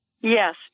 Yes